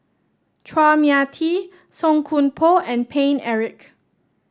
Chua Mia Tee Song Koon Poh and Paine Eric